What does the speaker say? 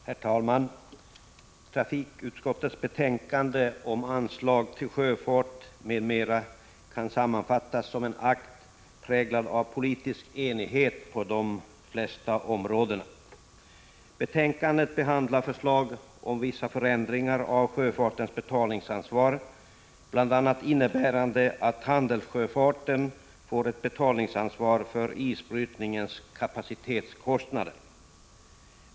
Herr talman! Trafikutskottets betänkande om anslag till sjöfart m.m. kan sammanfattas som en akt präglad av politisk enighet på de flesta områden. I betänkandet behandlas förslag om vissa förändringar av sjöfartens betalningsansvar, bl.a. innebärande att handelssjöfarten får ett betalningsansvar för isbrytningens kapacitetskostnader.